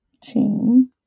team